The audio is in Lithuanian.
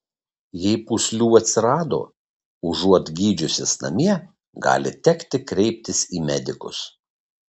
jei pūslių atsirado užuot gydžiusis namie gali tekti kreiptis į medikus